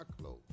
clothes